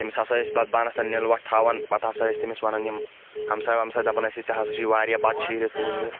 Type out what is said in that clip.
تٔمِس ہسا ٲسۍ بَتہٕ بانَس تَل نِل وَٹھ تھاوان پَتہٕ ہسا ٲسۍ تٔمِس وَنان یِم ہمساے ومساے دپان ٲسِس ژےٚ ہسا چھُے واریاہ بَتہٕ شیٖرتھ ہُہ یہِ